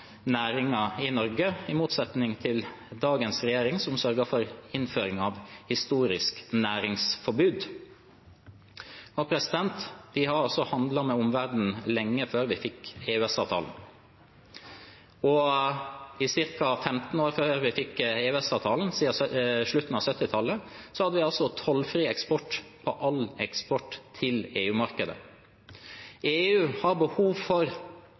næringer i Norge, i motsetning til dagens regjering, som sørger for innføringen av et historisk næringsforbud. Vi har handlet med omverdenen lenge før vi fikk EØS-avtalen. I ca. 15 år før vi fikk EØS-avtalen, siden slutten av 1970-tallet, hadde vi altså tollfri eksport på all eksport til EU-markedet. EU har behov for